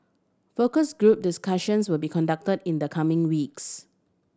focus group discussions will be conducted in the coming weeks